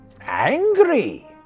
Angry